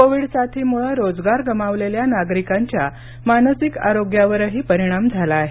Covid साथीमुळं रोजगार गमावलेल्या नागरिकांच्या मानसिक आरोग्यावरही परिणाम झाला आहे